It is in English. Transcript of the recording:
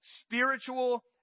spiritual